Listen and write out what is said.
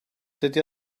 dydy